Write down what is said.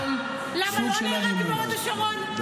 למה, לא נהרג מהוד השרון?